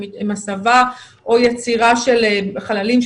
הן הסבה או יצירה של חללים,